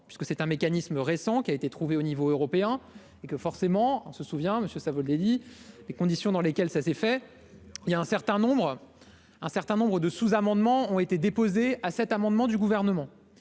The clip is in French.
que c'est un mécanisme récent qui a été trouvé au niveau européen et que, forcément, on se souvient Monsieur Savoldelli des conditions dans lesquelles ça s'est fait il y a un certain nombre, un certain nombre de sous-amendements ont été déposés à cet amendement du gouvernement,